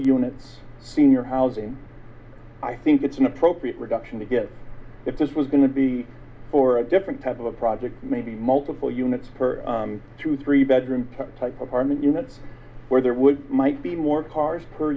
units senior housing i think it's an appropriate reduction to get if this was going to be for a different type of a project maybe multiple units to three bedroom type of farming units where there would might be more cars per